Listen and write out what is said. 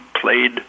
played